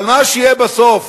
אבל מה שיהיה בסוף,